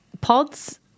Pods